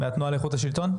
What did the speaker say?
מהתנועה לאיכות השלטון,